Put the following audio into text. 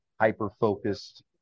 hyper-focused